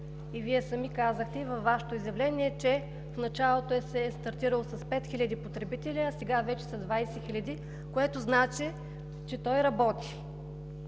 и Вие сами казахте във Вашето изявление, че в началото се е стартирало с 5 хиляди потребители, а сега вече са 20 хиляди, което значи, че той работи.